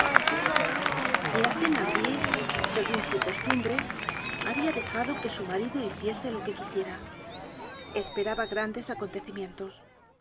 la thenardier seguñ su costumbre había dejado que su marido hiciese lo que quisiera esperaba grandes acontecimientos